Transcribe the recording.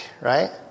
right